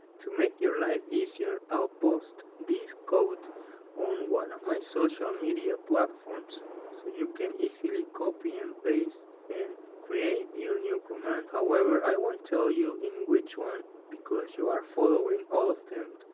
to make your life easier, i'll post this code on one of my social media platforms so you can easily copy and paste and create your new command. however i won't tell you in which one because you are following all of them,